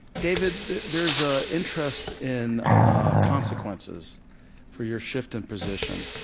david, there's ah interest in ah consequences for your shift in position.